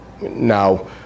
Now